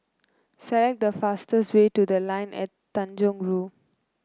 select the fastest way to The Line at Tanjong Rhu